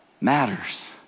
matters